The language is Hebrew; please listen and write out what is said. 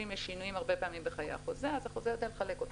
ואם יש שינויים הרבה פעמים בחיי החוזה אז החוזה יודע לחלק אותם.